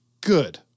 good